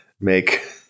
make